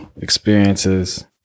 experiences